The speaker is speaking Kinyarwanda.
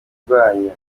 rwanyu